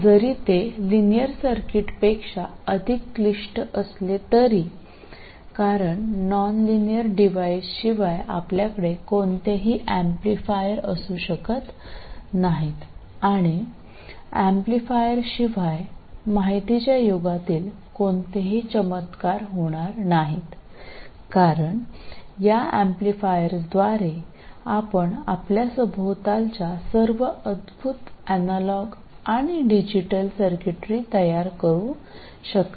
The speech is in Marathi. जरी ते लिनियर सर्किट्सपेक्षा अधिक क्लिष्ट असले तरी कारण नॉन लिनियर डिव्हाइसशिवाय आपल्याकडे कोणतेही एम्पलीफायर असू शकत नाहीत आणि एम्पलीफायरशिवाय माहितीच्या युगातील कोणतेही चमत्कार होणार नाहीत कारण या एम्प्लिफायर्सद्वारे आपण आपल्या सभोवतालच्या सर्व अद्भुत एनालॉग आणि डिजिटल सर्किटरी तयार करू शकता